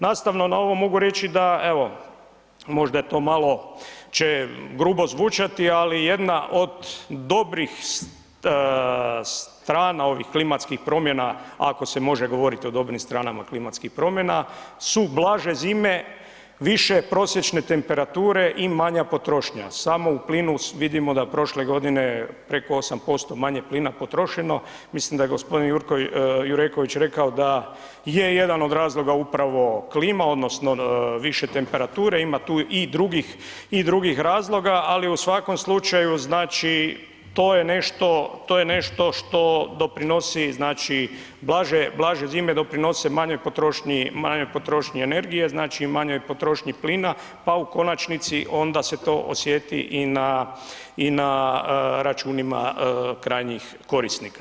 Nastavno na ovo mogu reći da evo možda to malo će grubo zvučati, ali jedna od dobrih strana ovih klimatskih promjena, ako se može govoriti o dobrim stranama klimatskih promjena, su blaže zime, više prosječne temperature i manja potrošnja, samo u plinu vidimo da je prošle godine preko 8% manje plina potrošeno, mislim da je g. Jureković rekao da je jedan od razloga upravo klima odnosno više temperature, ima tu i drugih, i drugih razloga, ali u svakom slučaju znači to je nešto, to je nešto što doprinosi znači blaže, blaže zime doprinose manjoj potrošnji, manjoj potrošnji energije, znači manjoj potrošnji plina, pa u konačnici onda se to osjeti i na i na računima krajnjih korisnika.